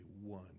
one